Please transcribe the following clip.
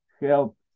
help